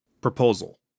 Proposal